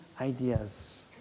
ideas